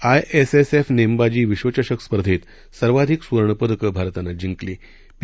ISSF नेमबाजी विश्वचषक स्पर्धेत सर्वाधिक सुर्वणपदकं भारतानं जिंकली पी